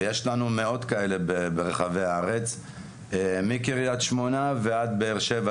ויש לנו מאות כאלה ברחבי הארץ מקריית שמונה ועד באר-שבע,